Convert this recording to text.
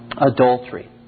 adultery